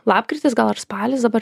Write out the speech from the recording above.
lapkritis gal ar spalis dabar